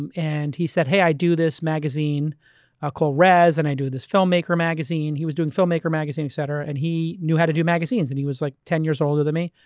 and and he said, hey, i do this magazine ah called res and i do this filmmaker magazine. he was doing filmmaker magazine, et cetera, and he knew how to do magazines and he was like ten years older than me.